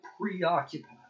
preoccupied